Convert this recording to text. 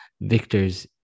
victors